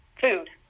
food